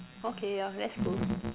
okay ya that's cool